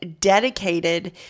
dedicated